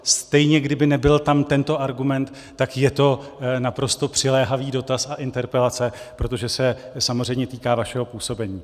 Stejně kdyby nebyl tam tento argument, tak je to naprosto přiléhavý dotaz a interpelace, protože se samozřejmě týká vašeho působení.